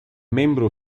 membro